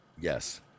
Yes